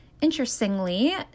Interestingly